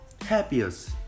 happiest